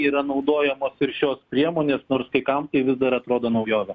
yra naudojamos ir šios priemonės nors kai kam tai vis dar atrodo naujovė